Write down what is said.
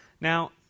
Now